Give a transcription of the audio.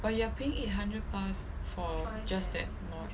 but you are paying eight hundred plus for just that mod